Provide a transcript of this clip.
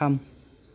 थाम